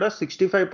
65%